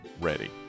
ready